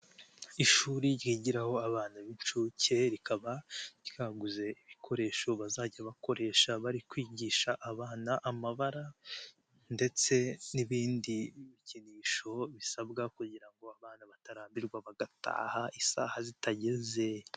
Ishuri ryigiraho abana b'inshuke, rikaba ryaguze ibikoresho bazajya bakoresha bari kwigisha abana amabara ndetse n'ibindi bikinisho bisabwa kugira ngo abana batarambirwa bagataha isaha zitageze.